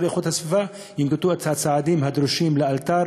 להגנת הסביבה ינקטו את הצעדים הדרושים לאלתר